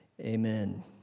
Amen